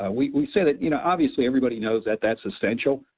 ah we we say that you know obviously everybody knows that that's essential.